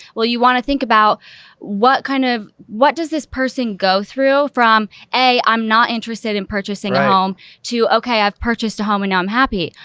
well you want to think about what kind of, what does this person go through from a, i'm not interested in purchasing a home too. okay, i've purchased a home and i'm happy.